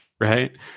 Right